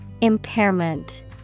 Impairment